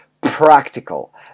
practical